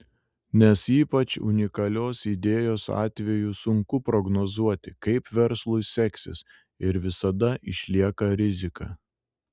nes ypač unikalios idėjos atveju sunku prognozuoti kaip verslui seksis ir visada išlieka rizika